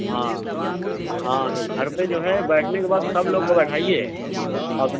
ہاں ہاں تو گھر پہ جو ہے بیٹھنے کے بعد سب لوگ کو بیٹھائیے آپ